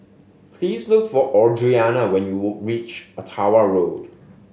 please look for Audriana when you reach Ottawa Road